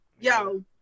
Yo